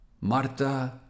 Marta